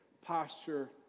posture